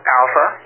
alpha